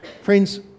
Friends